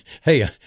hey